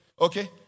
Okay